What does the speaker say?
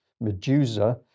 Medusa